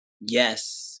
Yes